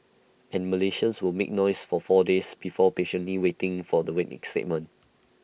and Malaysians will make noise for four days before patiently waiting for the statement